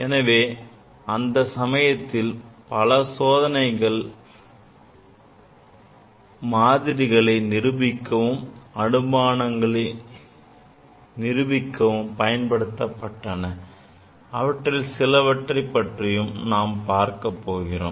எனவே அந்த சமயத்தில் பல சோதனைகள் மாதிரிகளை நிரூபிக்கவும் அனுமானங்களை நிரூபிக்கவும் பயன்படுத்தப்பட்டன அவற்றில் சிலவற்றைப் பற்றியும் நாம் பார்க்கப் போகிறோம்